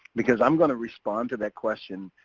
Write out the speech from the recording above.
because i'm gonna respond to that question,